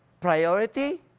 priority